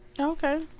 okay